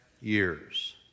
years